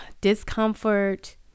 discomfort